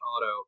Auto